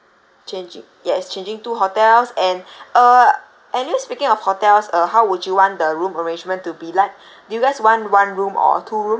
changing yes changing two hotels and uh as we speaking of hotels uh how would you want the room arrangement to be like do you guys want one room or two rooms